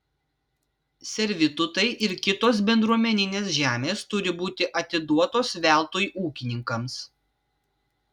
servitutai ir kitos bendruomeninės žemės turi būti atiduotos veltui ūkininkams